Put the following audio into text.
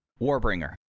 Warbringer